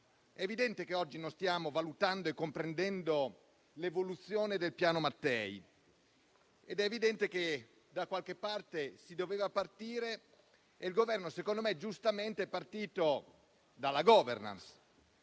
è evidente che oggi non stiamo valutando e comprendendo l'evoluzione del Piano Mattei ed è evidente che da qualche parte si doveva partire. Il Governo - secondo me, giustamente - è partito dalla *governance*.